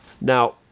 Now